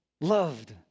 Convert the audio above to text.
loved